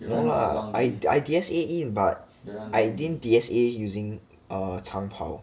no lah I I D_S_A in but I didn't D_S_A using err 长跑